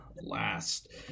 last